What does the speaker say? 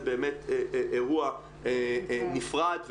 זה באמת אירוע נפרד,